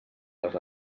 les